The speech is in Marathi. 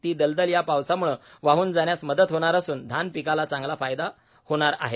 ती दलदल या पावसाम्ळे वाहन जाण्यास मदत होणार असून धान पिकाला चांगला फायदा होणार आहे